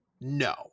no